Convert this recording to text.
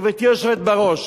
גברתי היושבת-ראש,